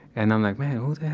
and i'm like, man,